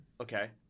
okay